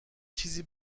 چیزی